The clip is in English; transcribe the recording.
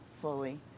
fully